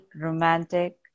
romantic